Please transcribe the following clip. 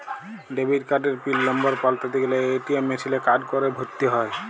debit কার্ডের pin number পাল্টাতে গ্যালে এ.টি.এম মেশিলে কার্ড ভরে ক্যরতে হ্য়য়